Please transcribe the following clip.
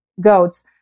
goats